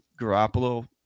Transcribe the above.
Garoppolo